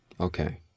Okay